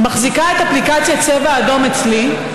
מחזיקה את אפליקציית צבע אדום אצלי,